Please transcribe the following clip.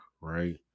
right